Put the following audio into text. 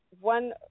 one